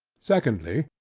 secondly,